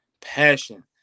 passion